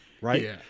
right